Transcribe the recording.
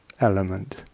element